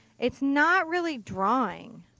it's not really drawing.